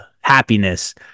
happiness